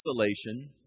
isolation